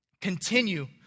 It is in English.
continue